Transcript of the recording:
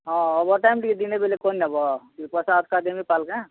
ହଁ overtime ଟିକେ ଦିନେ ବେଲେ କର୍ନେବ ଇ ପଏସା ଅଧ୍କା ଦେମି କାଲ୍କେଁ